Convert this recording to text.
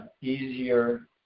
easier